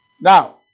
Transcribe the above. Now